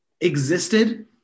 existed